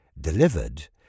delivered